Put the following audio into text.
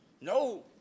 No